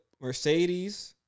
Mercedes